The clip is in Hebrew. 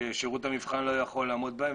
ששירות המבחן לא יכול לעמוד בהם,